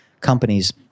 companies